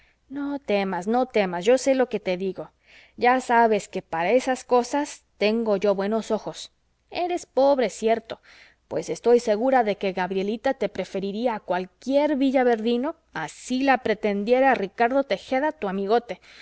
no temas no temas yo sé lo que te digo ya sabes que para esas cosas tengo yo buenos ojos eres pobre cierto pues estoy segura de que gabrielita te preferiría a cualquier villaverdino así la pretendiera ricardo tejeda tu amigote